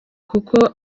kuko